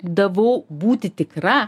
davau būti tikra